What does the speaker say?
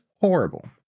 horrible